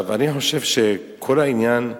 אני חושב שכל העניין,